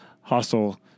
hostile